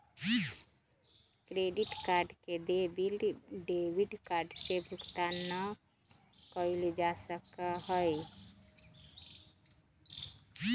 credit card के देय bill debit card से भुगतान ना कइल जा सका हई